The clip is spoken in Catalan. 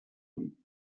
ell